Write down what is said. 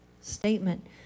statement